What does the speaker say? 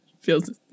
Feels